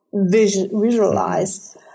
visualize